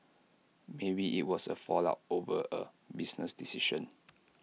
maybe IT was A fallout over A business decision